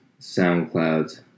SoundCloud